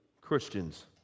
Christians